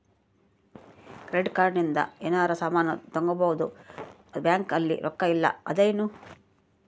credit card ಇಂದ ಯೆನರ ಸಾಮನ್ ತಗೊಬೊದು ಬ್ಯಾಂಕ್ ಅಲ್ಲಿ ರೊಕ್ಕ ಇಲ್ಲ ಅಂದೃನು